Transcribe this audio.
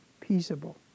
peaceable